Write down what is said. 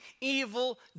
evil